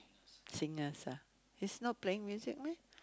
singers ah he's not playing music meh